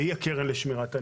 וזה הקרן לשמירת הניקיון.